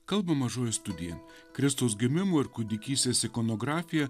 kalba mažoji studija kristaus gimimo ir kūdikystės ikonografija